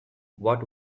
what